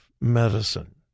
Medicine